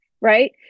right